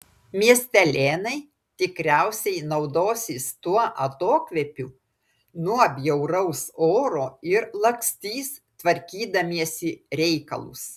miestelėnai tikriausiai naudosis tuo atokvėpiu nuo bjauraus oro ir lakstys tvarkydamiesi reikalus